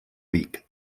vic